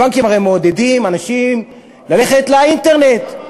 הבנקים הרי מעודדים אנשים ללכת לאינטרנט,